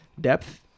depth